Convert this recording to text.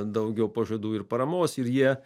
daugiau pažadų ir paramos ir jie